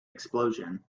explosion